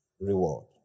reward